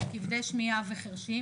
כבדי שמיעה וחרשים,